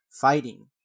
fighting